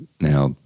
now